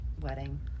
wedding